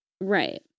Right